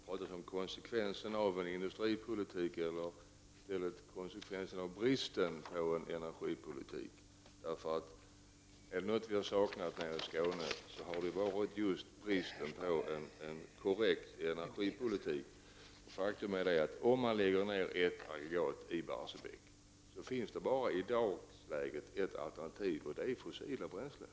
Fru talman! Det har talats om konsekvenserna av industripolitiken. Men jag tycker att man kan tala om bristen på energipolitik. Är det något som vi i Skåne har saknat är det just en korrekt energipolitik. Om man avvecklar ett aggregat i Barsebäck, återstår bara ett enda alternativ — fossila bränslen.